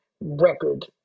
record